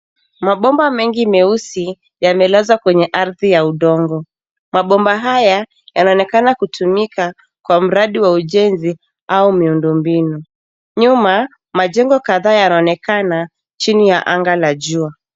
Mabomba mengi meusi yamelazwa kwenye ardhi ya udongo. Mabomba haya yanaonekana kutumika kwa mradi wa ujenzi au mindo mbinu. Nyuma majengo kadhaa yanaonekana chini ya anga la jua.